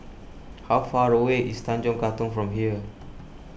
how far away is Tanjong Katong from here